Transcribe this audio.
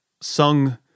sung